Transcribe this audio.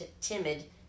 timid